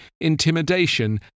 intimidation